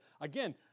Again